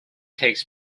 takes